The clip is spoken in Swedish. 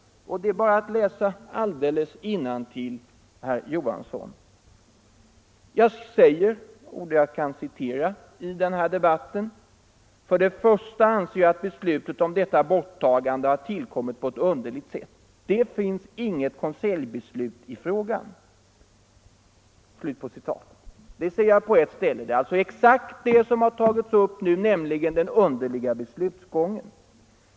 Det är bara att läsa innantill i protokollet, herr Jo — Slopande av hansson! beteckningen Jag säger på ett ställe — och jag kan citera — i den debatten: ”För = Kungliginamnet på det första anser jag att beslutet om detta borttagande har tillkommit = statliga myndighepå ett underligt sätt. Det finns inget konseljbeslut i frågan.” Det är alltså ter exakt det som har tagits upp nu, nämligen den underliga beslutsformen.